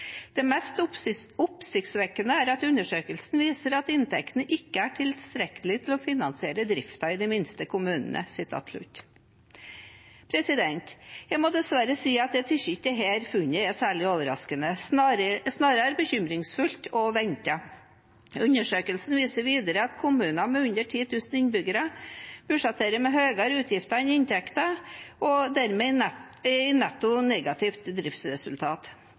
mest oppsiktsvekkende er at undersøkelsen viser at inntektene ikke er tilstrekkelig til å finansiere driften i de minste kommunene.» Jeg må dessverre si at jeg syns ikke dette funnet er overraskende, snarere bekymringsfullt og ventet. Undersøkelsen viser videre at kommuner med under 10 000 innbyggere budsjetterer med høyere utgifter enn inntekter og dermed